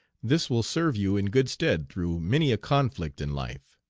this will serve you in good stead through many a conflict in life.